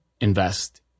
invest